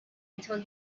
until